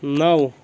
نَو